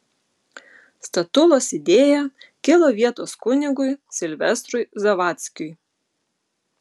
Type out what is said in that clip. statulos idėja kilo vietos kunigui silvestrui zavadzkiui